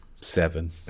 seven